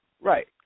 Right